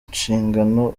nshingano